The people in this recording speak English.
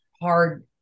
hard